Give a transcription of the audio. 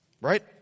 Right